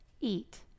eat